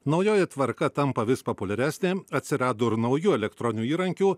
naujoji tvarka tampa vis populiaresnė atsirado ir naujų elektroninių įrankių